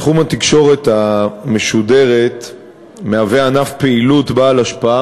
תחום התקשורת המשודרת הוא ענף פעילות בעל השפעה